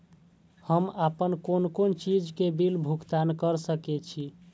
हम आपन कोन कोन चीज के बिल भुगतान कर सके छी?